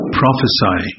prophesy